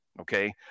Okay